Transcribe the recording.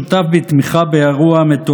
שעל פי הפרסומים משרדו שותף בתמיכה באירוע המתועב,